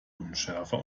unschärfer